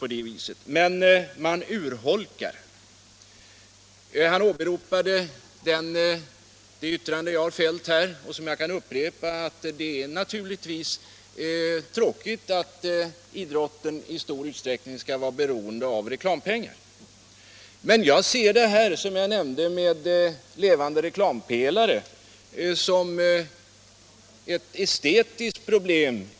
Men han talade om att man ”urholkar”. Han åberopade det yttrande jag fällde och som jag kan upprepa, nämligen att det naturligtvis är tråkigt att idrotten i stor utsträckning skall vara beroende av reklampengar. Men jag ser detta med levande reklampelare närmast som ett estetiskt problem.